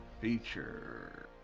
feature